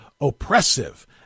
oppressive